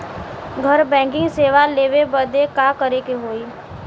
घर बैकिंग सेवा लेवे बदे का करे के होई?